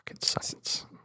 Science